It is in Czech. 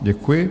Děkuji.